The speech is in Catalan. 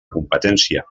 competència